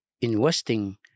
investing